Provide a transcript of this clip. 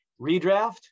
redraft